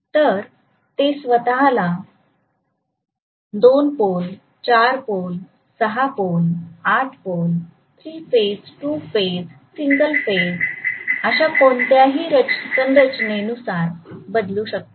तर ते स्वतःला 2 पोल 4 पोल 6 पोल8 pole three phase two phase single phase अशा कोणत्याही संरचनेनुसार बदलू शकतात